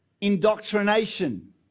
indoctrination